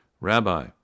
Rabbi